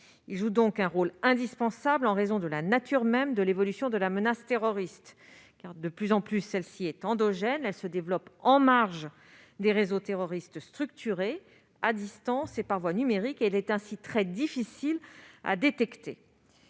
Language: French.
Il joue donc un rôle indispensable, en raison de la nature même de l'évolution de la menace terroriste. En effet, celle-ci est de plus en plus endogène, elle se développe en marge des réseaux terroristes structurés, à distance et par voie numérique ; elle est par conséquent très difficile à détecter.